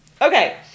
Okay